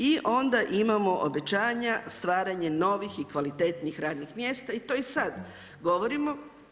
I onda imamo obećanja stvaranje novih i kvalitetnijih radnih mjesta i to sad govorimo.